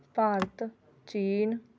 ਭਾਰਤ ਚੀਨ